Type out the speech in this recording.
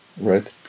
right